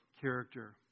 character